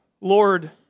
Lord